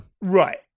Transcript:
right